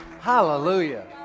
Hallelujah